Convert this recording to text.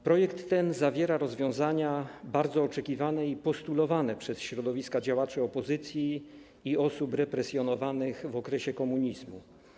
Projekt ten zawiera rozwiązania bardzo oczekiwane i postulowane przez środowiska działaczy opozycji i osób represjonowanych w okresie komunizmu.